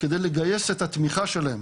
כדי לגייס את התמיכה שלהם.